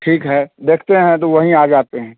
ठीक है देखते हैं तो वहीं आ जाते हैं